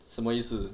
什么意思